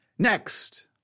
Next